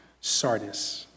Sardis